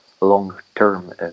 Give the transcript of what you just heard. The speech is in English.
long-term